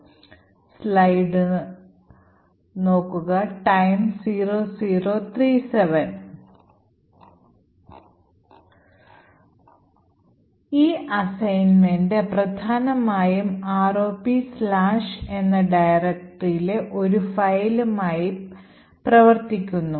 ഈ അസൈൻമെന്റ് പ്രധാനമായും ROP എന്ന ഡയറക്ടറിയിലെ ഒരു ഫയലുമായി പ്രവർത്തിക്കുന്നു